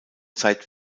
zeit